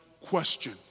question